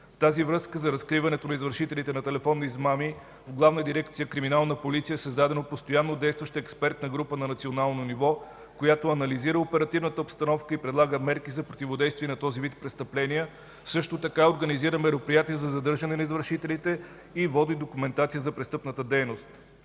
тази връзка за разкриването на извършителите на телефонни измами в Главна дирекция „Криминална полиция” е създадена постоянно действаща експертна група на национално ниво, която анализира оперативната обстановка и предлага мерки за противодействие на този вид престъпления. Също така организира мероприятия за задържане на извършителите и води документация за престъпната дейност.